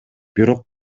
бирок